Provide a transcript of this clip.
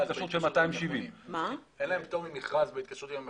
זה התקשרות של 270. אין להם פטור ממכרז בהתקשרות עם המכונים,